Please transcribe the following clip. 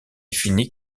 finit